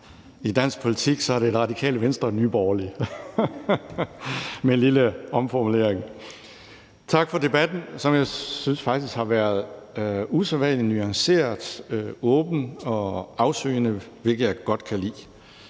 i dansk politik, er det Radikale Venstre og Nye Borgerlige. Tak for debatten, som jeg faktisk synes har været usædvanlig nuanceret, åben og afsøgende, hvilket jeg godt kan lide.